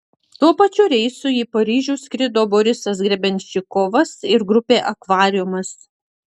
tuo pačiu reisu į paryžių skrido borisas grebenščikovas ir grupė akvariumas